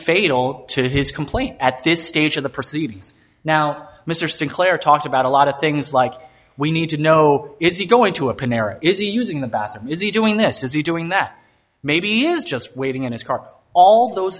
fatal to his complaint at this stage of the proceedings now mr sinclair talked about a lot of things like we need to know is he going to a pinera is he using the bathroom is he doing this is he doing that maybe it is just waiting in his car all those